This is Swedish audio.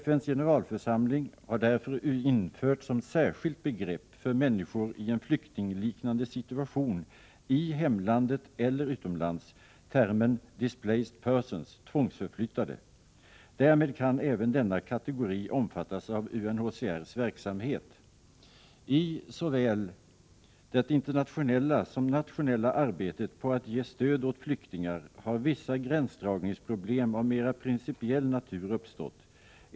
FN:s generalförsamling har därför infört som särskilt begrepp för människor i en flyktingliknande situation, i hemlandet eller utomlands, termen ”displaced persons”, tvångsförflyttade. Därmed kan även denna kategori omfattas av UNHCR:s verksamhet. I såväl det internationella som nationella arbetet på att ge stöd åt flyktingar har vissa gränsdragningsproblem av mera principiell natur uppstått.